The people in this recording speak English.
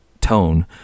tone